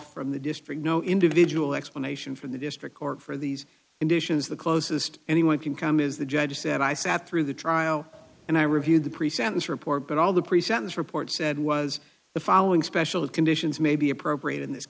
from the district no individual explanation from the district court for these conditions the closest anyone can come is the judge said i sat through the trial and i reviewed the pre sentence report but all the pre sentence report said was the following special conditions may be appropriate in this